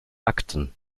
akten